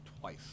twice